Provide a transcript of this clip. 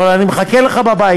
אבל אני מחכה לך בבית,